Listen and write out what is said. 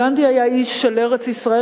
גנדי היה איש של ארץ-ישראל,